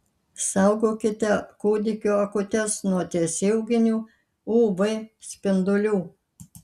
saugokite kūdikio akutes nuo tiesioginių uv spindulių